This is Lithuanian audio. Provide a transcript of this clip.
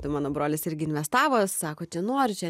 tai mano brolis irgi investavo sako čia nori čia